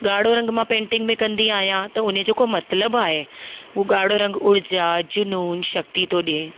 ॻाढ़ो रंग मां पेंटिंग में कंदी आहियां त उन जेको मतिलबु आहे उहो ॻाढ़ो रंग ऊर्जा जुनूनु शक्ती थो ॾिए